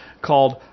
called